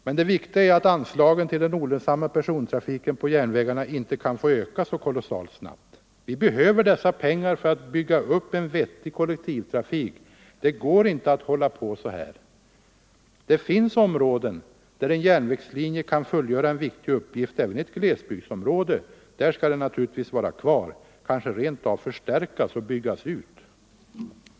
Men det viktiga är att anslagen till den olönsamma persontrafiken på järnvägarna inte kan få öka så kolossalt snabbt. Vi behöver dessa pengar för att bygga upp en vettig kollektivtrafik. Det går bara inte att hålla på så här. Det finns områden där en järnvägslinje kan fullgöra en viktig uppgift även i ett glesbygdsområde. Där skall den naturligtvis vara kvar, kanske rent av förstärkas och byggas ut.